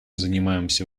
занимаемся